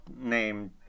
named